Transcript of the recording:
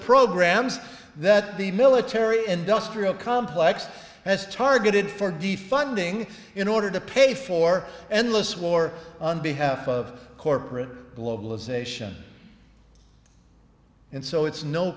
programs that the military industrial complex has targeted for defunding in order to pay for endless war on behalf of corporate globalization and so it's no